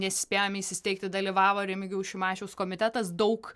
nespėjom įsisteigti dalyvavo remigijaus šimašiaus komitetas daug